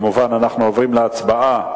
אנחנו עוברים כמובן להצבעה